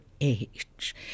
age